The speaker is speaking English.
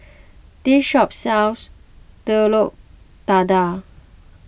this shop sells Telur Dadah